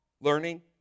Learning